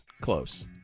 close